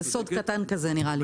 זה סוד קטן כזה, נראה לי.